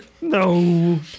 No